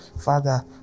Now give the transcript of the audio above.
Father